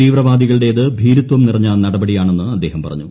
തീവ്രവാദികളുടേത് ഭീരുത്കു നിറഞ്ഞ നടപടിയാണെന്ന് അദ്ദേഹം പറഞ്ഞു